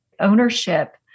ownership